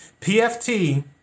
PFT